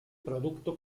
producto